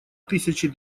тысяча